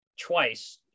twice